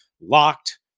Locked